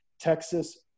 Texas